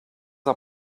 our